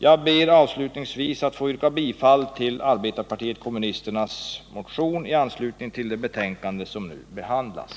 Jag ber avslutningsvis att få yrka bifall till arbetarpartiet kommunisternas motion i anslutning till det betänkande från finansutskottet som nu behandlas.